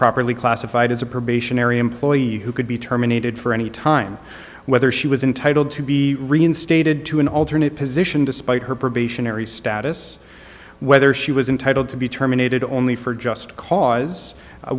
properly classified as a probationary employee who could be terminated for any time whether she was entitle to be reinstated to an alternate position despite her probationary status whether she was entitled to be terminated only for just cause